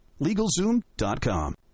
LegalZoom.com